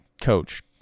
coach